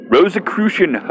Rosicrucian